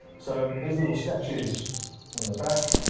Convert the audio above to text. so these little statues on the back,